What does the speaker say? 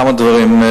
כמה דברים.